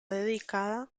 dedicada